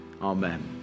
Amen